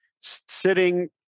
sitting